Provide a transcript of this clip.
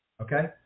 Okay